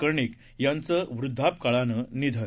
कर्णिकयांचंव्रद्धापकाळानंनिधन